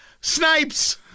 Snipes